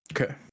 Okay